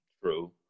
true